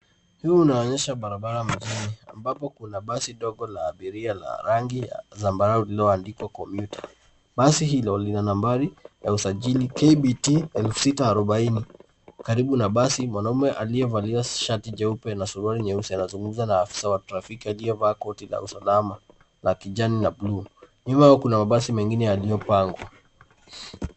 Huu unaonyesha barabara mjini ambapo kuna basi dogo la abiria la rangi ya zambarau lililoandikwa commuter . Basi hilo lina nambari ya usjili KBT 6040 karibu na basi, mwanaume aliyevalia shati jeupe na suruali nyeusi anazungumza na afisa wa trafiki aliyevaa koti la usalama la kijani na buluu. Nyuma yao kuna mabasi mengine yaliyopangwa.